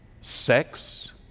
sex